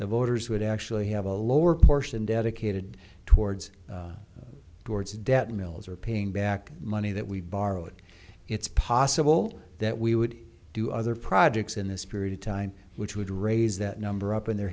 the voters would actually have a lower portion dedicated towards towards debt mills or paying back money that we borrowed it's possible that we would do other projects in this period of time which would raise that number up and there